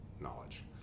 knowledge